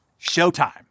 showtime